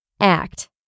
Act